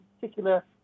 particular